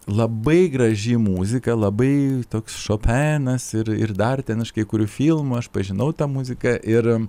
labai graži muzika labai toks šopenas ir ir dar ten iš kai kurių filmų aš pažinau tą muziką ir